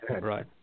Right